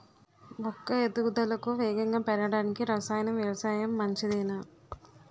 మొక్క ఎదుగుదలకు వేగంగా పెరగడానికి, రసాయన వ్యవసాయం మంచిదేనా?